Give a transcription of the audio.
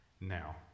now